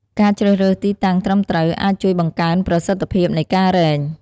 ការជ្រើសរើសទីតាំងត្រឹមត្រូវអាចជួយបង្កើនប្រសិទ្ធភាពនៃការរែង។